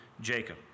Jacob